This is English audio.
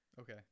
Okay